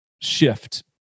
shift